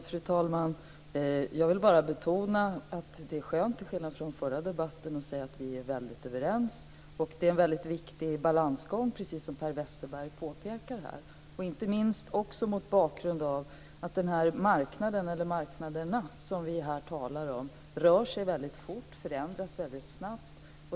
Fru talman! Jag vill bara betona att det är skönt, till skillnad från i den förra debatten, att säga att vi är väldigt överens och att det är en väldigt viktig balansgång, precis som Per Westerberg påpekar här, inte minst mot bakgrund av att de marknader som vi här talar om rör sig väldigt fort och förändras väldigt snabbt.